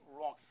wrong